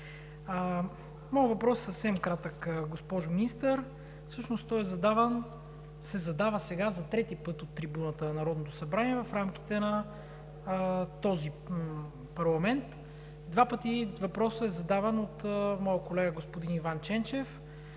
Моят въпрос е съвсем кратък, госпожо Министър. Всъщност той се задава сега за трети път от трибуната на Народното събрание в рамките на този парламент. Два пъти въпросът е задаван от моя колега господин Иван Ченчев.